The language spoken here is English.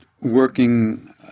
working